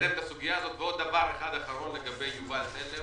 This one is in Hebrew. ועוד דבר, לגבי יובל טלר